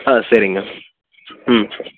ஆ சரிங்க ம்